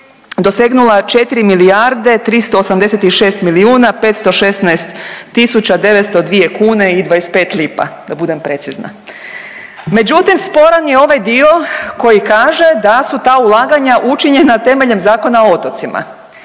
dosegnula 4 386 516 902,25 kuna, da budem precizna. Međutim, sporan je ovaj dio koji kaže da su ta ulaganja učinjena temeljem Zakona o otocima.